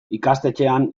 ikastetxean